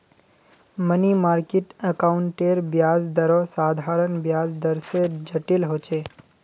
money market अकाउंटेर ब्याज दरो साधारण ब्याज दर से जटिल होचे